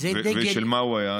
של מה הוא הדגל?